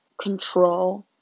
control